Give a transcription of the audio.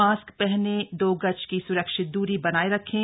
mask पहनें दो गज की स्रक्षित दूरी बनाए रखें